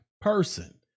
person